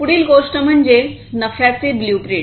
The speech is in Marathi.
पुढील गोष्ट म्हणजे नफ्याचे ब्लूप्रिंट